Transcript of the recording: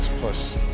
plus